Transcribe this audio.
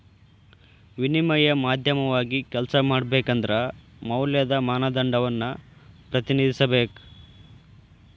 ವಿನಿಮಯ ಮಾಧ್ಯಮವಾಗಿ ಕೆಲ್ಸ ಮಾಡಬೇಕಂದ್ರ ಮೌಲ್ಯದ ಮಾನದಂಡವನ್ನ ಪ್ರತಿನಿಧಿಸಬೇಕ